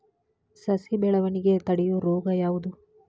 ಸಸಿ ಬೆಳವಣಿಗೆ ತಡೆಯೋ ರೋಗ ಯಾವುದು?